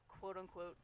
quote-unquote